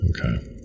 Okay